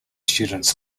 students